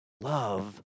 love